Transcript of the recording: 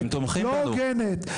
לא הוגנת,